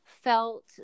felt